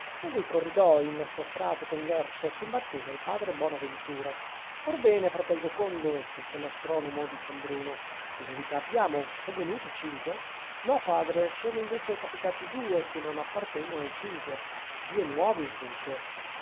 lungo i corridoi il nostro frate converso s'imbattè nel padre bonaventura or bene fratel giocondo disse l'astronomo di san bruno che novità abbiamo son venuti i cinque no padre sono invece capitati i due che non appartengono ai cinque due nuovi dunque